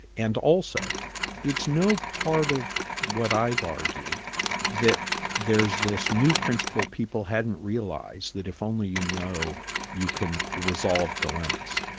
and also it's no part of what i've argued that there's this new principle people hadn't realised, that if only you know you can resolve dilemmas.